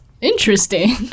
interesting